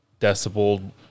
decibel